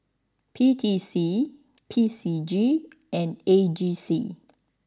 P T C P C G and A G C